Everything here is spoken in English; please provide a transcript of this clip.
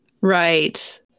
Right